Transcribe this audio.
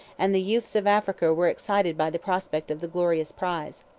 and the youths of africa were excited by the prospect of the glorious prize.